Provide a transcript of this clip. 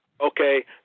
okay